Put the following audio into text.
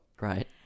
right